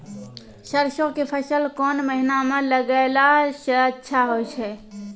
सरसों के फसल कोन महिना म लगैला सऽ अच्छा होय छै?